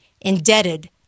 indebted